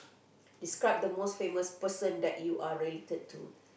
describe the most famous person that you are related to